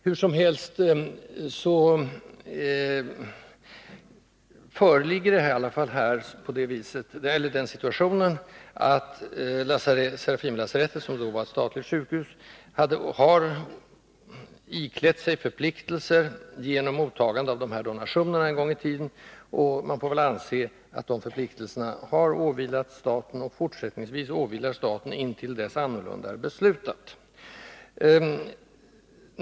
Hur som helst föreligger här den situationen att Serafimerlasarettet, som tidigare var ett statligt sjukhus, en gång i tiden har iklätt sig förpliktelser genom mottagande av de här donationerna, och man får väl anse att dessa förpliktelser åvilar staten intill dess annorlunda är beslutat.